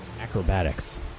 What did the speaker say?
Acrobatics